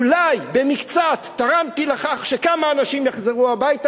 אולי במקצת תרמתי לכך שכמה אנשים יחזרו הביתה,